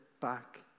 back